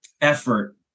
effort